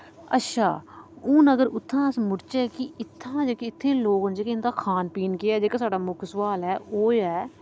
अच्छा हून अगर उत्थां अस मुड़चै कि इत्थां जेह्के इत्थें लोक न जेह्के इंदा खान पीन केह् ऐ जेह्का साढ़ा मुक्ख सोआल ऐ ओह् ऐ